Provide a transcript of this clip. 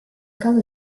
caso